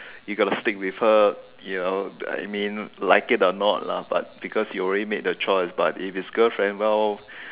you got to stick with her you know I mean like it or not lah but because you already made the choice but if it's girlfriend well